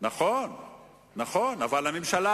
שיחכה קצת.